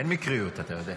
אין מקריות, אתה יודע.